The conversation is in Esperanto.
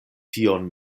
tion